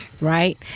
right